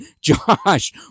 Josh